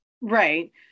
right